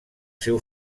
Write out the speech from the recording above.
seu